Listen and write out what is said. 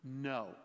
No